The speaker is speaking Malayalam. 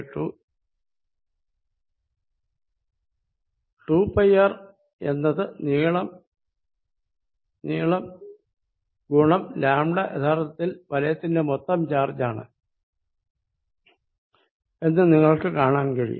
2πR എന്നത് നീളം ഗുണം λ യഥാർത്ഥത്തിൽ വലയത്തിന്റെ മൊത്തം ചാർജ് ആണ് എന്ന് നിങ്ങൾക്ക് കാണാൻ കഴിയും